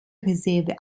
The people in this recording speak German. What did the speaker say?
reserve